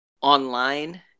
online